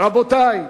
רבותי,